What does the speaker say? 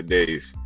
days